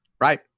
Right